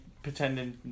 pretending